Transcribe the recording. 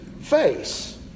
face